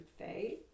faith